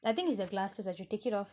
I think it's the glasses I should take it off